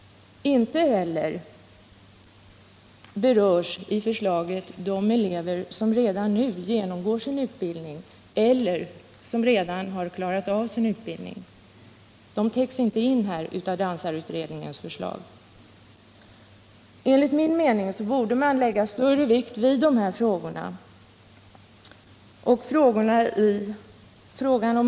Inte heller täcker förslaget in de elever som redan nu genomgår sin utbildning eller som redan har klarat av den. Enligt min mening borde man lägga större vikt vid dessa frågor.